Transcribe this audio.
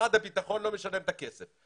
משרד הביטחון לא משלם את הכסף,